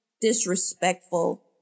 disrespectful